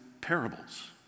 parables